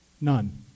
None